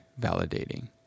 validating